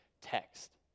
text